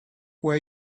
where